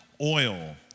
oil